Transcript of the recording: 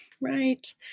Right